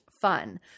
fun